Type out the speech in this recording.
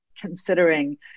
considering